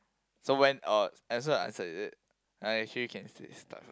so when oh and so your answer is it I actually can say stuff